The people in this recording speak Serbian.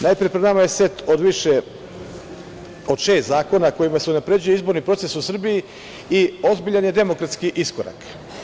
Najpre, pred nama je set od više, od šest zakona kojima se unapređuje izborni proces u Srbiji i ozbiljan je demokratski iskorak.